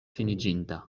finiĝinta